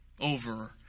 over